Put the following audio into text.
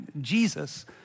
Jesus